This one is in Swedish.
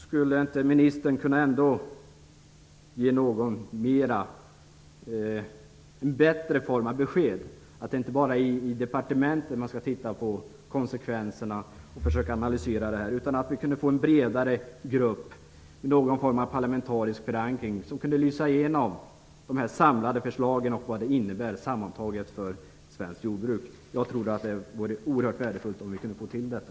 Skulle inte ministern kunna ge ett bättre besked, inte bara att man i departementet skall försöka analysera detta och studera konsekvenserna? Kan vi inte få en bredare grupp med någon form av parlamentarisk förankring, som kunde genomlysa de samlade förslagen och vad de sammantaget innebär för svenskt jordbruk? Jag tror att det vore oerhört värdefullt.